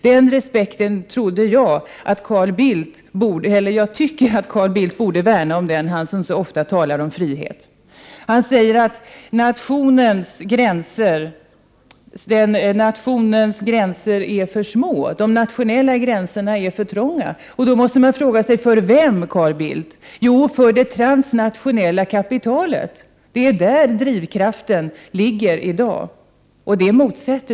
Den respekten tycker jag att Carl Bildt borde värna om, han som så ofta talar om frihet. Carl Bildt säger att nationens gränser är för snäva, att de nationella gränserna är för trånga. Då måste man fråga sig: För vem, Carl Bildt? Jo, för det transnationella kapitalet. Det är där drivkraften ligger i dag, och det motsätter vi oss.